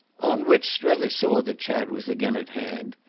on which strether saw that chad was again at hand,